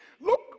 Look